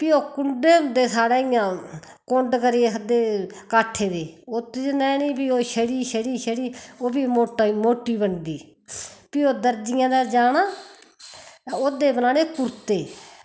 फ्ही ओह् कुण्ड्डे होंदे साढ़ै कोण्ड्ड करी आक्खदे काट्ठे दे उत्त च नेनी फ्ही ओह् शड़ी शड़ी शड़ी फ्ही ओह् मोट्टी बनदी फ्ही ओ दर्जियैं दे जाना ओह्दे बनाने कुर्ते